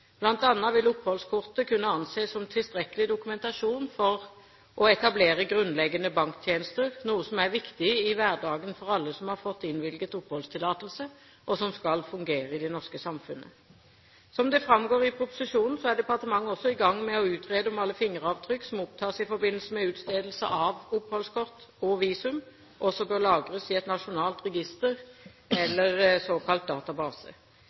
vil oppholdskortet kunne anses som tilstrekkelig dokumentasjon for å etablere grunnleggende banktjenester, noe som er viktig i hverdagen for alle som har fått innvilget oppholdstillatelse og som skal fungere i det norske samfunnet. Som det framgår i proposisjonen, er departementet også i gang med å utrede om alle fingeravtrykk som opptas i forbindelse med utstedelse av oppholdskort og visum, også bør lagres i et nasjonalt register eller en såkalt database.